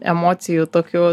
emocijų tokiu